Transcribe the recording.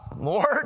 Lord